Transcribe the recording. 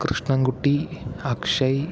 Krishnankutty Akshay